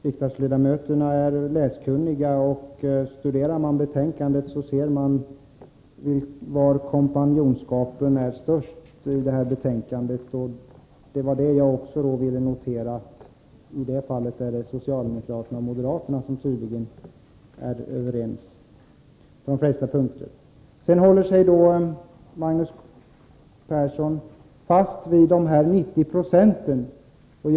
Riksdagsledamöterna är väl ändå läskunniga, och studerar man betänkandet ser man vilken typ av kompanjonskap som är vanligast i detta betänkande. Jag vill notera att det är socialdemokrater och moderater som tydligen är överens på flest punkter. Sedan håller sig Magnus Persson fast vid att 90 96 av landets befolkning har konsumentrådgivning.